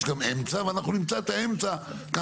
יש גם אמצע ואנחנו גם נמצא את האמצע בדיונים.